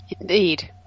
Indeed